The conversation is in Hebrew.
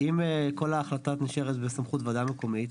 אם כל ההחלטה הזאת נשארת בסמכות ועדה מקומית,